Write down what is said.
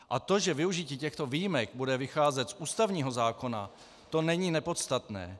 A to, že využití těchto výjimek bude vycházet z ústavního zákona, to není nepodstatné.